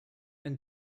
and